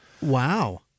Wow